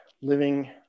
living